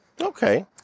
Okay